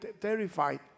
terrified